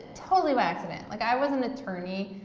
totally by accident. like i was an attorney.